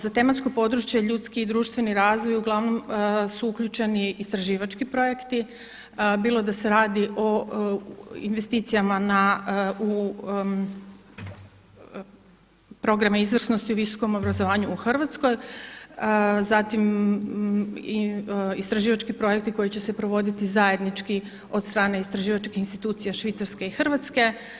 Za tematsko područje ljudski i društveni razvoj uglavnom su uključeni istraživački projekti bilo da se radi o investicijama u programima izvrsnosti u visokom obrazovanju u Hrvatskoj, zatim i istraživački projekti koji će se provoditi zajednički od strane istraživačkih institucija Švicarske i Hrvatske.